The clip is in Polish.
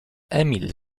emil